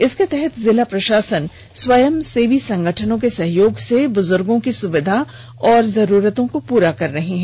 इसके तहत जिला प्रशासन स्वयंसेवी संगठनों के सहयोग से बुजुर्गों की सुर्विधा और जरूरतों को पूरा कर रही है